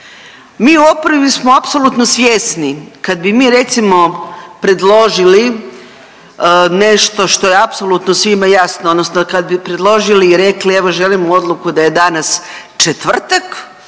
Mi u oporbi smo apsolutno svjesni, kad bi mi recimo, predložili nešto što je apsolutno svima jasno, odnosno kad bi predložili i rekli, evo želimo odluku da je danas četvrtak,